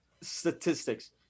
statistics